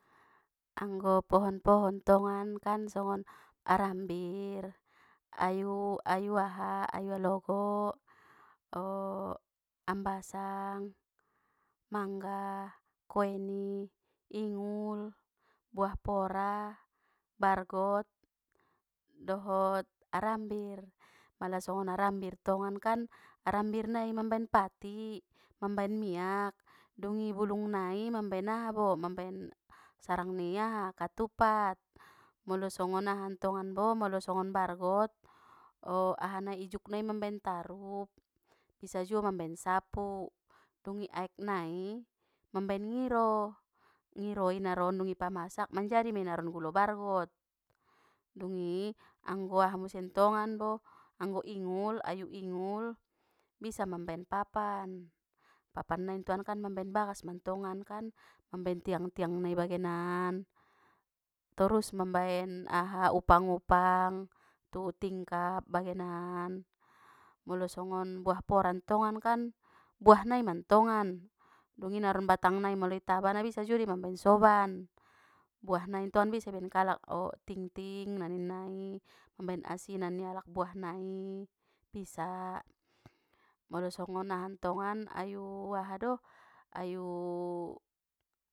Anggo pohon-pohon ntongan kan songon arambir ayu ayu aha ayu alogo ambasang mangga koweni ingul buah pora bargot, dohot arambir mala songon arambir ntongan kan arambir nai mambaen pati mambaen miak dungi bulung nai mabaen aha bo mambaen sarang ni katupat molo songon ahantongan bo molo songon bargot o aha nai ijuk nai mambaen tarup bisa juo mambaen sapu oni aek nai mambaen ngiro, ngiro i naron dung i pamasak manjadi mei naron gulo bargot dungi anggo aha museng ntongan bo anggo ingul ayu ingul bisa mambaen papan papan nai mambaen bagas mantongan kan mambaen tiang tiang nai bagenan torus mambaen aha upang upang tu tingkap bagenan molol songon buah pora ntongan buah nai mantongan dungi naron batang nai molo itaba nabisa juo dei mambaen soban buah nai ntongan bisa ibaen kalak o tingting na ninna i mambaen asinan ni alak buah nai bisa molo songon aha ntongan ayu aha do ayu.